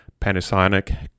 Panasonic